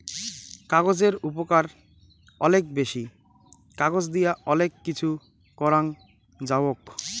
কাগজের উপকার অলেক বেশি, কাগজ দিয়া অলেক কিছু করাং যাওক